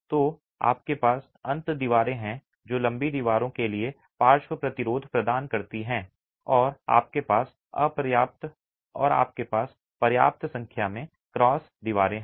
तो आपके पास अंत दीवारें हैं जो लंबी दीवारों के लिए पार्श्व प्रतिरोध प्रदान करती हैं और आपके पास पर्याप्त संख्या में क्रॉस दीवारें हैं